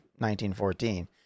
1914